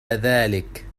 ذلك